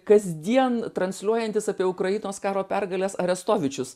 kasdien transliuojantis apie ukrainos karo pergales arestovičius